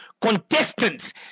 Contestants